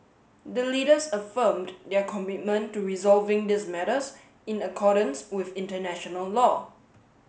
the Leaders affirmed their commitment to resolving these matters in accordance with international law